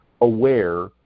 aware